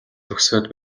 төгсөөд